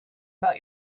about